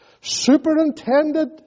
superintended